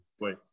wait